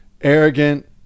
arrogant